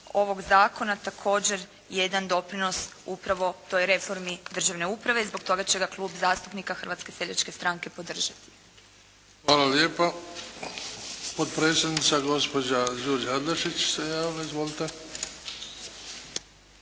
ovog zakona također jedan doprinos upravo toj reformi državne uprave i zbog toga će ga Klub zastupnika Hrvatske seljačke stranke podržati. **Bebić, Luka (HDZ)** Hvala lijepa. Potpredsjednica, gospođa Đurđa Adlešić se javila. Izvolite.